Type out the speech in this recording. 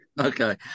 Okay